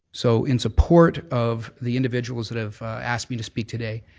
so in support of the individuals that have asked me to speak today,